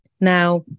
Now